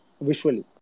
visually